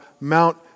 Mount